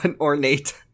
ornate